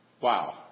Wow